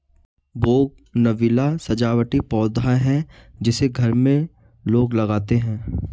bougainvillea सजावटी पौधा है जिसे घर में लोग लगाते हैं